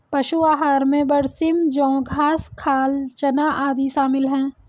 पशु आहार में बरसीम जौं घास खाल चना आदि शामिल है